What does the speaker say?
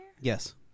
Yes